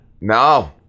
No